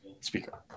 speaker